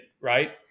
right